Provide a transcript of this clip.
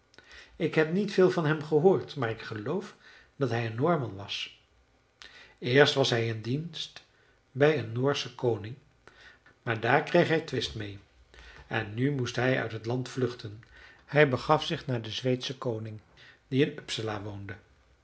ik heb niet veel van hem gehoord maar ik geloof dat hij een noorman was eerst was hij in dienst bij een noorschen koning maar daar kreeg hij twist meê en nu moest hij uit het land vluchten hij begaf zich naar den zweedschen koning die in uppsala woonde